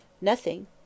Nothing